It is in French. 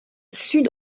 sud